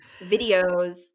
videos